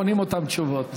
עונים אותן תשובות.